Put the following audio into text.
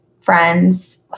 friends